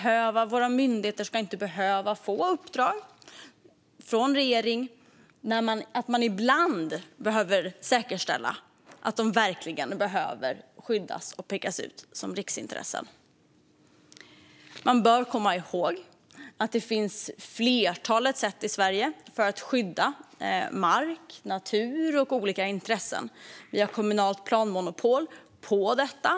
Våra myndigheter ska inte behöva få i uppdrag från regeringen att de ibland behöver säkerställa att områden verkligen behöver skyddas och pekas ut som riksintressen. Man bör komma ihåg att det finns ett flertal sätt i Sverige att skydda mark, natur och olika intressen. Vi har kommunalt planmonopol för detta.